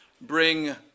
bring